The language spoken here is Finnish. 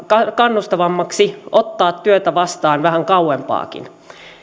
kannustavammaksi ottaa työtä vastaan vähän kauempaakin